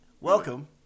Welcome